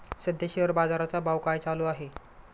सध्या शेअर बाजारा चा भाव काय चालू आहे?